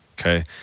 okay